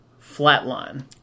Flatline